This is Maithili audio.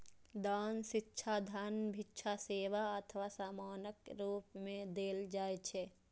दान शिक्षा, धन, भिक्षा, सेवा अथवा सामानक रूप मे देल जाइ छै